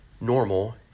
Normal